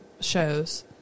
shows